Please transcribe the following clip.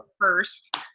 First